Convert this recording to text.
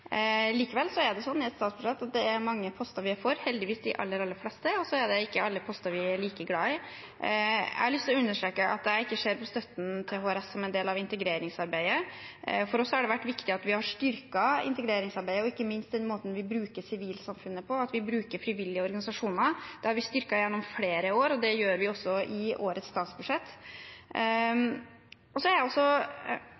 Likevel er det sånn i et statsbudsjett at det er mange poster vi er for, heldigvis de aller, aller fleste, og så er det noen poster vi ikke er like glad i. Jeg har lyst til å understreke at jeg ikke ser på støtten til HRS som en del av integreringsarbeidet. For oss har det vært viktig at vi har styrket integreringsarbeidet, og ikke minst den måten vi bruker sivilsamfunnet på – at vi bruker frivillige organisasjoner. Det har vi styrket gjennom flere år, og det gjør vi også i årets statsbudsjett.